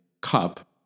cup